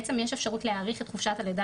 בעצם יש אפשרות להאריך את חופשת הלידה